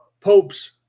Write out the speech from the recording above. popes